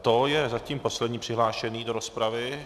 To je zatím poslední přihlášený do rozpravy.